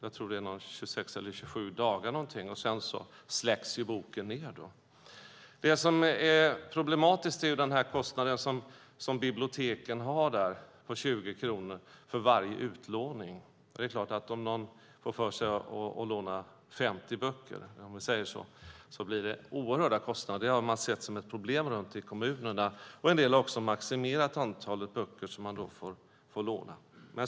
Jag tror att det är 26 eller 27 dagar, och sedan släcks boken ned. Det som är problematiskt är bibliotekens kostnad på 20 kronor för varje utlåning. Om någon får för sig att låna till exempel 50 böcker blir det oerhörda kostnader. Det har man sett som ett problem i kommunerna, och en del har maximerat det antal böcker som man får låna.